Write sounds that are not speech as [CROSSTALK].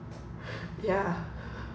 ya [LAUGHS]